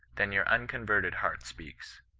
then your unconverted heart speaks,